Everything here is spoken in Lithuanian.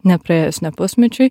nepraėjus nė pusmečiui